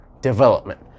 development